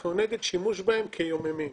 אנחנו נגד שימוש בהן כיוממים.